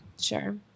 Sure